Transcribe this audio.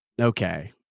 Okay